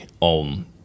on